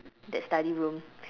that study room